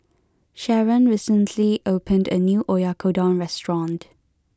Sherron recently opened a new Oyakodon restaurant